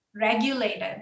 regulated